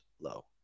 low